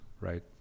right